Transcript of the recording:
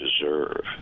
deserve